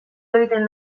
egiten